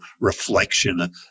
reflection